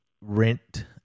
rent